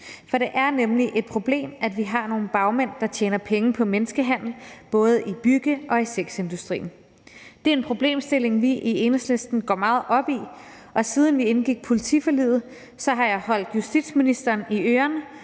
for det er nemlig et problem, at vi har nogle bagmænd, der tjener penge på menneskehandel, både i bygge- og i sexindustrien. Det er en problemstilling, vi i Enhedslisten går meget op i, og siden vi indgik politiforliget, har jeg holdt justitsministeren i ørerne